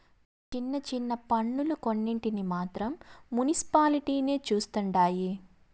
చిన్న చిన్న పన్నులు కొన్నింటిని మాత్రం మునిసిపాలిటీలే చుస్తండాయి